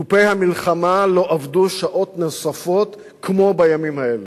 תופי המלחמה לא עבדו שעות נוספות כמו בימים האלה.